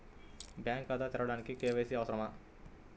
Bank ఖాతా తెరవడానికి KYC అవసరమా?